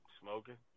smoking